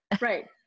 Right